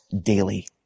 daily